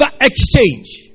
exchange